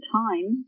time